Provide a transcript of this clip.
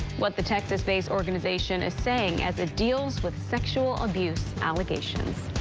what the texas-based organization is saying as deals with sexual abuse allegations.